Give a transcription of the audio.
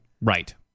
Right